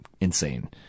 insane